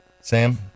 Sam